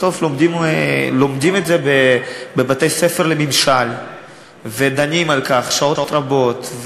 בסוף לומדים את זה בבתי-ספר לממשל ודנים על כך שעות רבות,